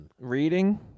Reading